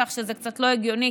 כך שזה קצת לא הגיוני,